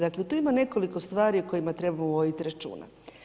Dakle, tu ima nekoliko stvari o kojima treba voditi računa.